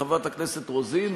חברת הכנסת רוזין,